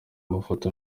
amafoto